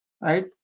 right